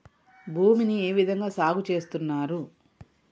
భూమిని ఏ విధంగా సాగు చేస్తున్నారు?